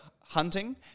hunting